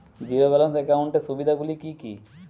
Zero balance একাউন্টের সুবিধা গুলি কি কি?